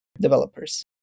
developers